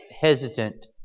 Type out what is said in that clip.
hesitant